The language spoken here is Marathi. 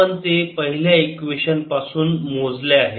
आपण ते पहिल्या इक्वेशन पासून मोजले आहे